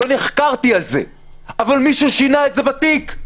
לא נחקרתי על זה אבל מישהו שינה את זה בתיק.